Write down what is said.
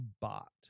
bot